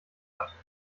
hat